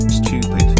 stupid